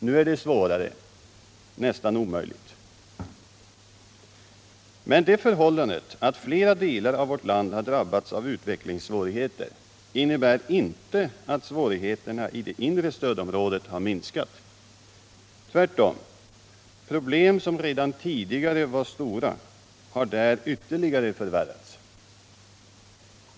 Nu är det svårare — nästan omöjligt. Men det förhållandet att flera delar av vårt land har drabbats av utvecklingssvårigheter innebär inte att svårigheterna i det inre stödområdet minskat. Tvärtom: problem som redan tidigare var stora har där ytterligare förvärrats.